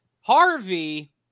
Harvey